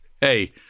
hey